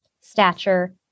stature